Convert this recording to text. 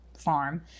farm